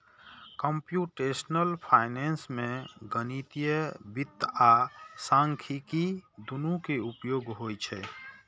computational finance मे गणितीय वित्त आ सांख्यिकी, दुनू के उपयोग होइ छै